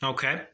Okay